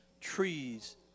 trees